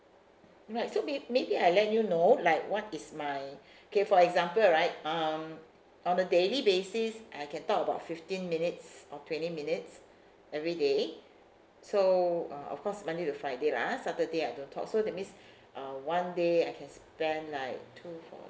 alright so may~ maybe I let you know like what is my K for example right um on a daily basis I can talk about fifteen minutes or twenty minutes every day so uh of course monday to friday lah ah saturday I don't talk so that means uh one day I can spend like two four